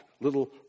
little